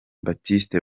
baptiste